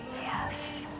Yes